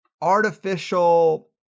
artificial